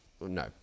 No